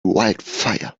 wildfire